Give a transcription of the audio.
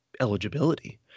eligibility